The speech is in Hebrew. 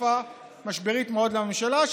אני לא נגד ראש הממשלה.